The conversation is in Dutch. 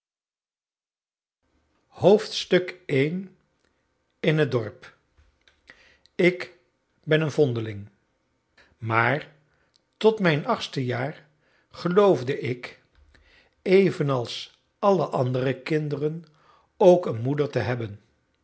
in het dorp ik ben een vondeling maar tot mijn achtste jaar geloofde ik evenals alle andere kinderen ook eene moeder te hebben